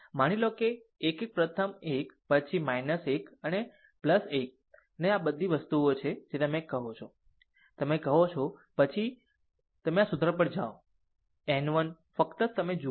માની લો કે 1 1 પ્રથમ એક પછી 1 અને 1 ને તે આ વસ્તુ છે જે તમે છો જેને તમે કહો છો પછી તમે આ છો જો તમે આ સૂત્ર પર જાઓ એમ એન 1 ફક્ત તમે ફક્ત આ જુઓ